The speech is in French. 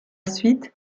suite